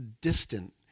distant